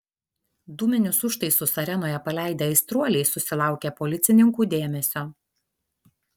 dūminius užtaisus arenoje paleidę aistruoliai susilaukia policininkų dėmesio